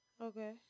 Okay